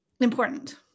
important